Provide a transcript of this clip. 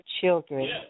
children